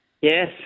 Yes